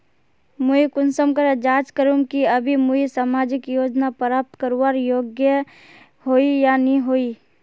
मुई कुंसम करे जाँच करूम की अभी मुई सामाजिक योजना प्राप्त करवार योग्य होई या नी होई?